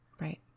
Right